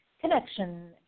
connection